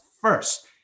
first